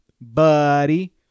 buddy